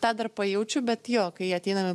tą dar pajaučiu bet jo kai ateiname